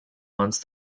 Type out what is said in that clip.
once